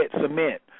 cement